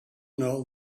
know